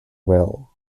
will